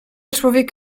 człowiek